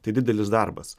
tai didelis darbas